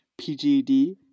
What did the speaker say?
PGD